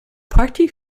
party